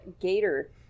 gator